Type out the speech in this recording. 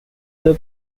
other